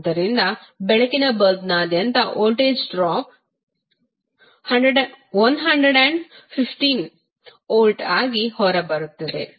ಆದ್ದರಿಂದ ಬೆಳಕಿನ ಬಲ್ಬ್ನಾದ್ಯಂತ ವೋಲ್ಟೇಜ್ ಡ್ರಾಪ್ 115 ವೋಲ್ಟ್ ಆಗಿ ಹೊರಬರುತ್ತದೆ